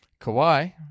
Kawhi